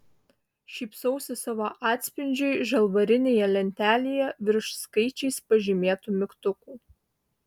šypsausi savo atspindžiui žalvarinėje lentelėje virš skaičiais pažymėtų mygtukų